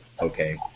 okay